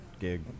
gig